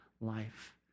life